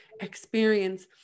experience